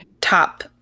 top